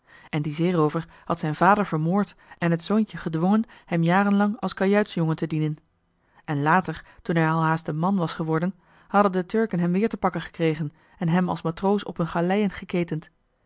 en die zeeroover had zijn vader vermoord en het zoontje gedwongen hem jarenlang als kajuitsjongen te dienen en later toen hij al haast een man was geworden hadden de turken hem weer te pakken gekregen en hem als matroos op hun galeiën geketend